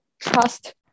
trust